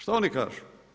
Šta oni kažu?